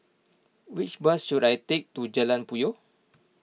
which bus should I take to Jalan Puyoh